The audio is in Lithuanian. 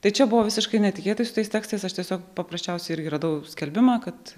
tai čia buvo visiškai netikėtai su tais tekstais aš tiesiog paprasčiausiai irgi radau skelbimą kad